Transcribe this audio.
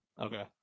Okay